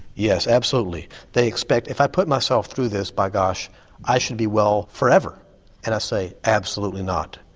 yes, absolutely, they expect if i put myself through this by gosh i should be well forever and i say absolutely not.